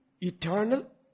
eternal